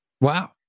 Wow